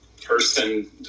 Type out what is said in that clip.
person